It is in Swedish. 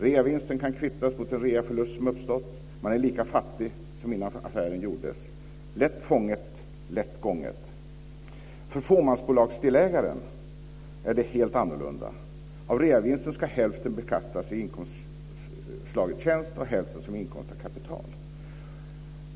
Reavinsten kan kvittas mot den reaförlust som uppstått. Man är lika fattig som innan affären gjordes. Lätt fånget, lätt förgånget. För fåmansbolagsdelägaren är det helt annorlunda. Av reavinsten ska hälften beskattas i inkomstslaget tjänst och hälften som inkomst av kapital.